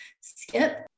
skip